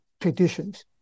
traditions